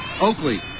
Oakley